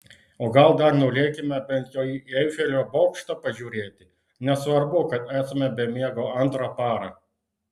o gal dar nulėkime bent jau į eifelio bokštą pažiūrėti nesvarbu kad esame be miego antrą parą